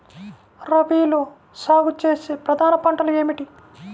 రబీలో సాగు చేసే ప్రధాన పంటలు ఏమిటి?